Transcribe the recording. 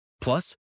Plus